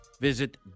visit